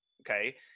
Okay